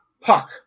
Puck